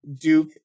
Duke